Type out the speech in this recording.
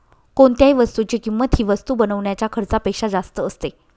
कोणत्याही वस्तूची किंमत ही वस्तू बनवण्याच्या खर्चापेक्षा जास्त असते